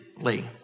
Lee